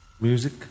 music